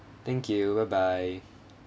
thank you bye bye